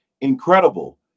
incredible